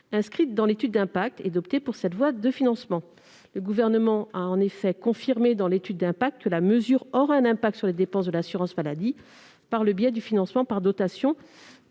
inscrite dans l'étude d'impact, d'opter pour cette voie de financement. Le Gouvernement a en effet confirmé dans l'étude d'impact que « la mesure aura un impact sur les dépenses de l'assurance maladie par le biais du financement par dotation